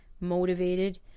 motivated